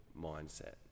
mindset